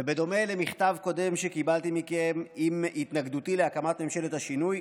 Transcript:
ובדומה למכתב דומה שקיבלתי מכם עם התנגדותי להקמת ממשלת 'השינוי',